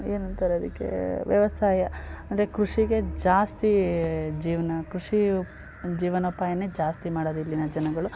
ಏನಂತಾರೆ ಅದಕ್ಕೆ ವ್ಯವಸಾಯ ಅಂದರೆ ಕೃಷಿಗೆ ಜಾಸ್ತಿ ಜೀವನ ಕೃಷಿ ಜೀವನೋಪಾಯನೇ ಜಾಸ್ತಿ ಮಾಡೋದು ಇಲ್ಲಿನ ಜನಗಳು